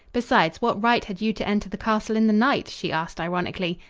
besides, what right had you to enter the castle in the night? she asked ironically.